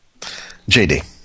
JD